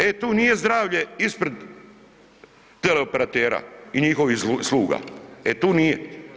E tu nije zdravlje ispred teleoperatera i njihovih sluga, e tu nije.